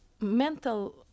mental